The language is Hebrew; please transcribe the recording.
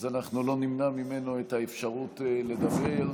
אנחנו לא נמנע ממנו את האפשרות לדבר.